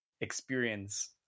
experience